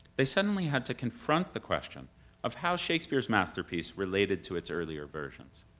they suddenly had to confront the question of how shakespeare's masterpiece related to its earlier versions.